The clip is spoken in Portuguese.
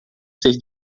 ser